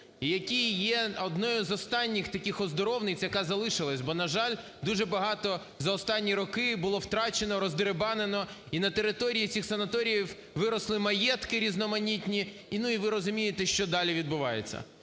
який є одною із останніх таких оздоровниць, яка залишилась. Бо, на жаль, дуже багато за останні роки було втрачено, роздерибанено, і на території цих санаторіїв виросли маєтки різноманітні, і ви розумієте, що далі відбувається.